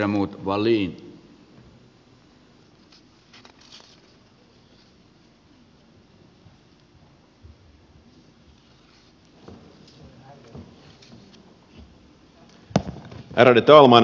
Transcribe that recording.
ärade talman arvoisa puhemies